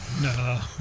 No